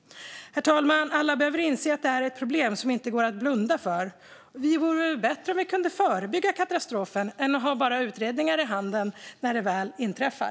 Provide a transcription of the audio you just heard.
Herr talman! Alla behöver inse att det här är ett problem som vi inte kan blunda för. Det vore väl bättre om vi kunde förebygga katastrofen än att bara ha utredningar i handen när den väl inträffar?